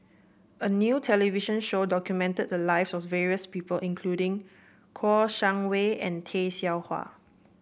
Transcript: a new television show documented the lives of the various people including Kouo Shang Wei and Tay Seow Huah